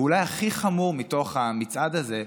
ואולי הכי חמור מתוך המצעד הזה: